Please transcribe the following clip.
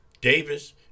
Davis